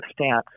stance